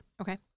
Okay